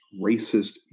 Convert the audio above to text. racist